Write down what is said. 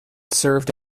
served